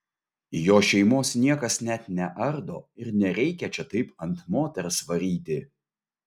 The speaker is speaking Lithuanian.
jo šeimos niekas net neardo ir nereikia čia taip ant moters varyti